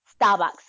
Starbucks